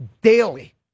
daily